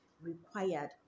required